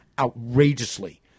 outrageously